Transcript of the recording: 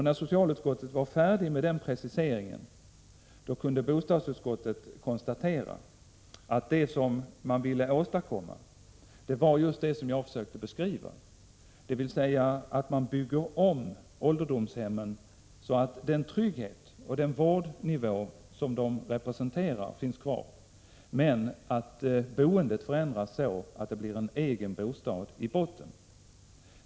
När socialutskottet var färdigt med den preciseringen kunde bostadsutskottet konstatera att det som utskottet ville åstadkomma var just det som jag försökte beskriva, dvs. att ålderdomshemmen skulle byggas om, så att den trygghet och den vårdnivå som de representerar finns kvar men att boendet förändras så att det blir en egen bostad i botten.